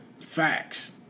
Facts